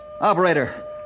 Operator